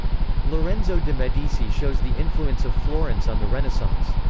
lorenzo de medici shows the influence of florence on the renaissance.